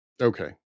okay